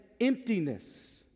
emptiness